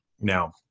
Now